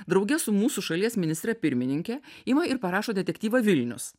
drauge su mūsų šalies ministre pirmininke ima ir parašo detektyvą vilnius